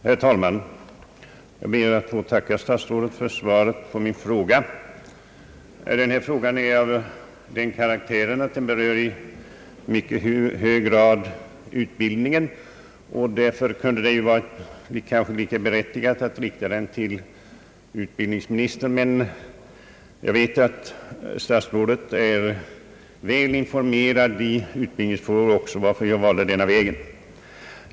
Herr talman! Jag ber att få tacka statsrådet för svaret på min fråga. Den är av den karaktären att den i mycket hög grad berör utbildningen, och därför kunde det vara berättigat att rikta den till utbildningsministern. Men jag vet att statsrådet Johansson är väl informerad också i utbildningsfrågor, varför jag valde denna väg.